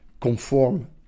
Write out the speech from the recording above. conform